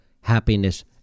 happiness